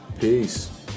Peace